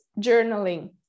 journaling